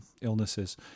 illnesses